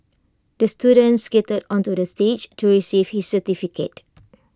the student skated onto the stage to receive his certificate